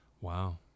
Wow